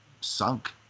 sunk